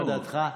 מה דעתך?